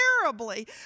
terribly